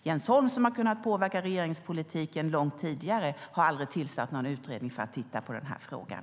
Jens Holm, som har kunnat påverka regeringspolitiken långt tidigare, har aldrig tillsatt någon utredning för att titta på frågan.